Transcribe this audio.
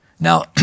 Now